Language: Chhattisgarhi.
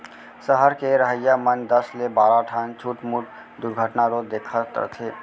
सहर के रहइया मन दस ले बारा ठन छुटमुट दुरघटना रोज देखत रथें